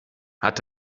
hat